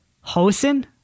Hosen